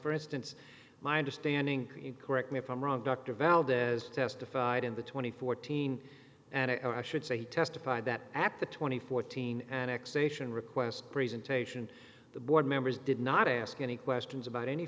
for instance my understanding in correct me if i'm wrong dr valdez testified in the twenty fourteen and i should say he testified that at the twenty fourteen annexation request presentation the board members did not ask any questions about any